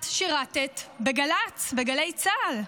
את שירת בגל"צ, בגלי צה"ל.